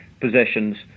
possessions